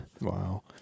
Wow